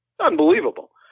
unbelievable